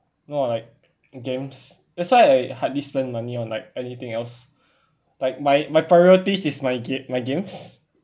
no like games that's why I hardly spend money on like anything else like my my priorities is my game my games